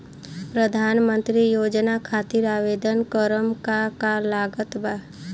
प्रधानमंत्री योजना खातिर आवेदन करम का का लागत बा?